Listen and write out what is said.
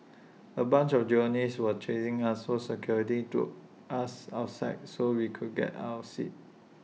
A bunch of journalists were chasing us so security took us outside so we could get our seats